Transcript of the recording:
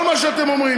כל מה שאתם אומרים,